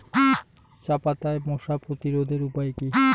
চাপাতায় মশা প্রতিরোধের উপায় কি?